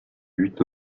eût